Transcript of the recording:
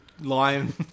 lion